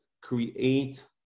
create